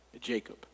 Jacob